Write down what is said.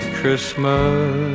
Christmas